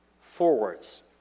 forwards